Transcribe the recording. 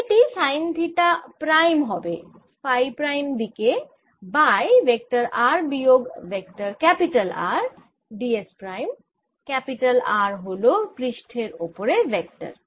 এটি sine theta prime হবে phi prime দিকে বাই ভেক্টর r বিয়োগ vector R d s prime R হল পৃষ্ঠের ওপরে ভেক্টর